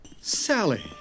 Sally